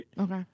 Okay